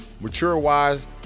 mature-wise